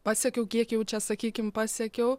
pasiekiau kiek jau čia sakykim pasiekiau